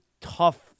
tough